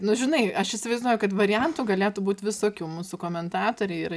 nu žinai aš įsivaizduoju kad variantų galėtų būt visokių mūsų komentatoriai yra